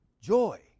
Joy